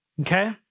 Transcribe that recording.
Okay